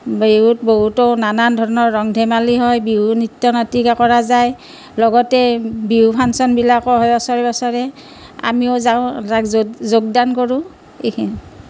বিহুত বহুতো নানা ধৰণৰ ৰং ধেমালি হয় বিহুত নৃত্য নাটিকা কৰা যায় লগতে বিহু ফাংচনবিলাক বছৰে বছৰে আমিও যাওঁ যাই যোগদান কৰোঁ এইখিনি